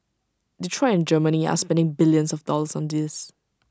Detroit and Germany are spending billions of dollars on this